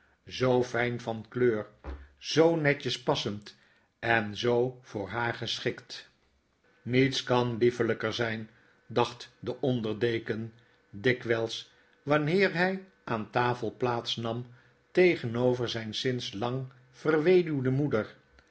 zoo fijn van kleur zoo netjes passend en zoo voor haar geschikt niets kan liefelijker zijn dacht de onderdeken dikwijls wanneer hij aan tafel plaats nam tegenover zijn sinds lang verweduwde moeder